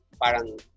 Parang